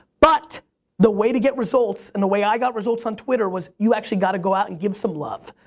but the way to get results, and the way i got results on twitter was you actually gotta go out and give some love.